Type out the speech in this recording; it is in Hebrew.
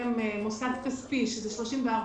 שמשלם מוסד כספי, שזה 34%,